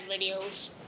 videos